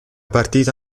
partita